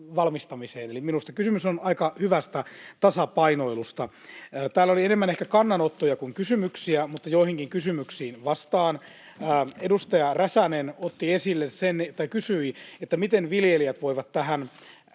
valmistamiseen, eli minusta kysymys on aika hyvästä tasapainoilusta. Täällä oli enemmän ehkä kannanottoja kuin kysymyksiä, mutta joihinkin kysymyksiin vastaan. Edustaja Räsänen kysyi, miten viljelijät voivat tähän